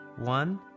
One